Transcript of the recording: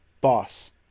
boss